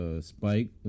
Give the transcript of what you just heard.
Spike